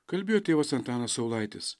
kalbėjo tėvas antanas saulaitis